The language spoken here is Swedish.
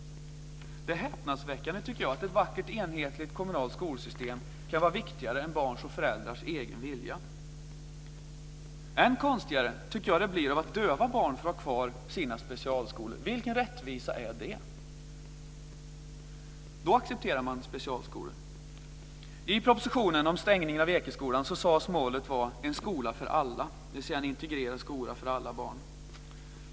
Det är häpnadsväckande, tycker jag, att ett vackert enhetligt kommunalt skolsystem kan vara viktigare än barns och föräldrars egen vilja. Än konstigare tycker jag att det blir när döva barn får ha kvar sina specialskolor. Vilken rättvisa är det? Då accepterar man specialskolor. I propositionen om stängningen av Ekeskolan sades målet vara en skola för alla, dvs. en integrerad skola för alla barn.